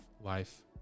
life